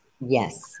Yes